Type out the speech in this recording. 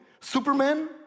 Superman